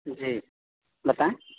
جی بتائیں